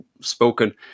spoken